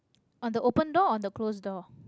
on the open door or on the closed door